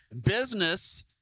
business